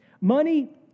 Money